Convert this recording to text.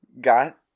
got